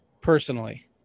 Personally